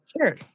Sure